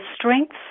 strengths